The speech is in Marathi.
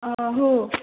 हो